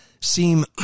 seem